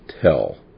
tell